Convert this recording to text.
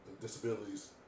disabilities